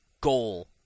goal